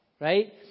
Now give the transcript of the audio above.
right